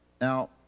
Now